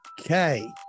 okay